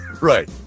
Right